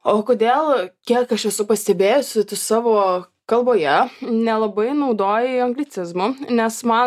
o kodėl kiek aš esu pastebėjusi savo kalboje nelabai naudojai anglicizmų nes man